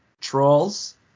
trolls